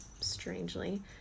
strangely